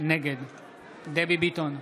נגד דבי ביטון,